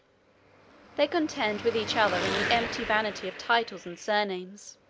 they contend with each other in the empty vanity of titles and surnames